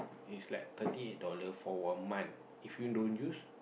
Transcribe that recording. it's like thirty eight dollar for one month if you don't use